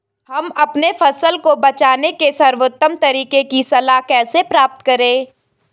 हम अपनी फसल को बचाने के सर्वोत्तम तरीके की सलाह कैसे प्राप्त करें?